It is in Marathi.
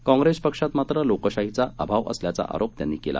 काँग्रेस पक्षात मात्र लोकशाहीचा अभाव असल्याचा आरोप त्यांनी केला